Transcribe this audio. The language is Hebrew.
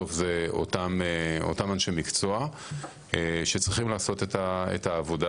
בסוף זה אותם אנשי מקצוע שצריכים לעשות את העבודה,